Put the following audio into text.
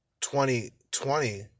2020